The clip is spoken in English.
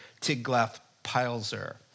Tiglath-Pileser